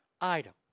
item